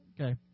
Okay